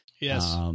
Yes